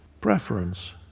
preference